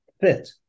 fit